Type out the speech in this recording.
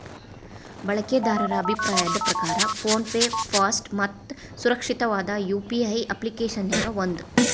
ಬಳಕೆದಾರರ ಅಭಿಪ್ರಾಯದ್ ಪ್ರಕಾರ ಫೋನ್ ಪೆ ಫಾಸ್ಟ್ ಮತ್ತ ಸುರಕ್ಷಿತವಾದ ಯು.ಪಿ.ಐ ಅಪ್ಪ್ಲಿಕೆಶನ್ಯಾಗ ಒಂದ